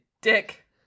dick